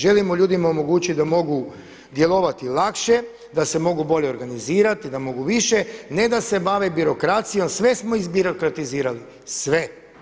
Želimo ljudima omogućiti da mogu djelovati lakše, da se mogu bolje organizirati, da mogu više, ne da se bave birokracijom, sve smo izbirokratizirati, sve.